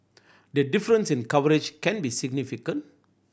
the difference in coverage can be significant